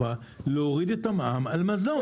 באירופה, להוריד את המע"מ על מזון.